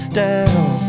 down